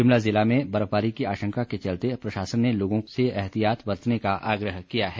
शिमला जिला में बर्फबारी की आशंका के चलते प्रशासन ने लोगों से एहतियात बरतने का आग्रह किया है